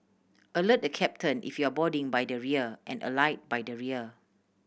alert the captain if you're boarding by the rear and alight by the rear